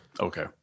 Okay